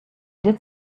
did